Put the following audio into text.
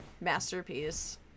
masterpiece